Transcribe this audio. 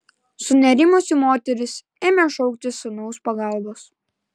sunerimusi moteris ėmė šauktis sūnaus pagalbos